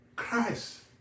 Christ